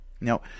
Now